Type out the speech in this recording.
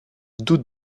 doute